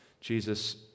Jesus